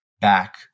back